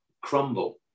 crumble